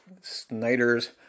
Snyder's